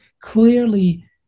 clearly